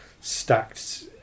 stacked